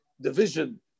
division